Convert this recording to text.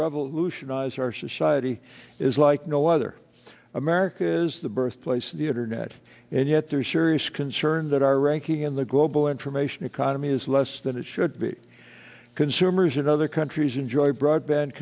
revolutionize our society is like no other america is the birthplace of the internet and yet there are serious concerns that our ranking in the global information economy is less than it should be consumers in other countries enjoy broadband